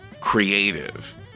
creative